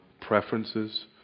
preferences